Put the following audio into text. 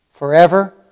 Forever